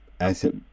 asset